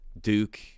Duke